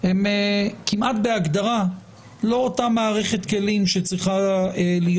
הם כמעט בהגדרה לא אותה מערכת כלים שצריכה להיות